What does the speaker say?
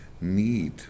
need